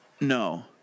No